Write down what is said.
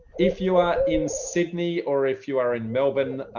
if you are in sydney or if you are in melbourne,